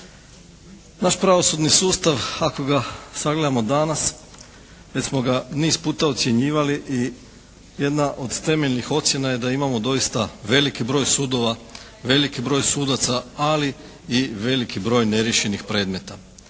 Naš pravosudni sustav ako ga sagledamo danas, već smo ga niz puta ocjenjivali i jedna od temeljnih ocjena je da imamo doista veliki broj sudova, veliki broj sudaca, ali i veliki broj neriješenih predmeta.